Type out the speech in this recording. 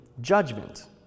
judgment